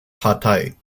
partei